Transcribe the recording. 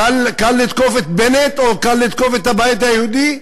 קל לתקוף את בנט או קל לתקוף את הבית היהודי?